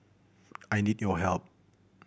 I need your help